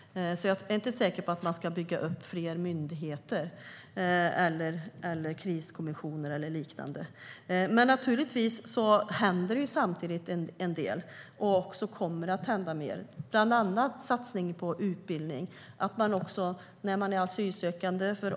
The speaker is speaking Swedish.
Jag är därför inte säker på att man ska bygga upp fler myndigheter, kriskommissioner eller liknande. Naturligtvis händer det samtidigt en del, och det kommer att hända mer. Det handlar bland annat om satsning på utbildning också när man är asylsökande.